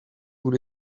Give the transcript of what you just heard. vous